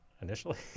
initially